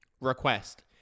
request